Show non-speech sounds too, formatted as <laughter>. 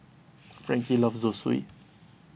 <noise> Frankie loves Zosui